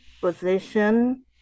position